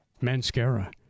mascara